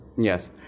Yes